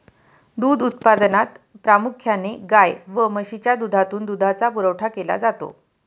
दूध उत्पादनात प्रामुख्याने गाय व म्हशीच्या दुधातून दुधाचा पुरवठा केला जातो